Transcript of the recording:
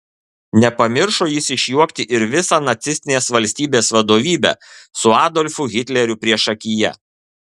nepamiršo jis išjuokti ir visą nacistinės valstybės vadovybę su adolfu hitleriu priešakyje